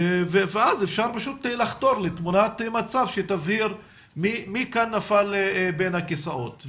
ואז אפשר פשוט לחתור לתמונת מצב שתבהיר מי כאן נפל בין הכיסאות,